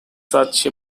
such